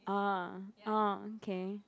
ah ah okay